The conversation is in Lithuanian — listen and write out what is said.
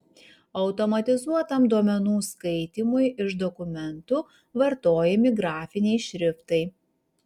automatizuotam duomenų skaitymui iš dokumentų vartojami grafiniai šriftai